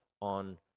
on